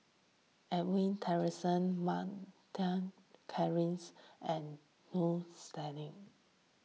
Edwin Tessensohn Mak Lai Peng Christine and Jules Itier